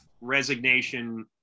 resignation